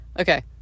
okay